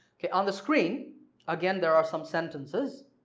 on the screen again there are some sentences